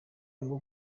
bwo